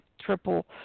triple